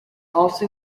also